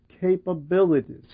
capabilities